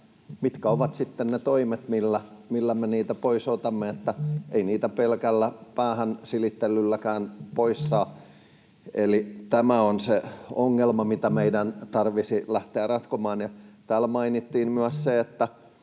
mitkä ovat sitten ne toimet, millä me niitä pois otamme, kun ei niitä pelkällä päähän silittelylläkään pois saa. Eli tämä on se ongelma, mitä meidän tarvitsisi lähteä ratkomaan. Täällä mainittiin myös se, että